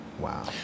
Wow